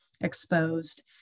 exposed